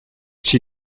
she